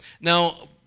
now